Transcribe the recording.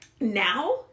Now